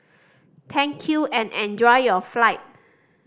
thank you and enjoy your flight